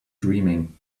dreaming